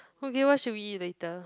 okay what should we eat later